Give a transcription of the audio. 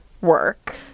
work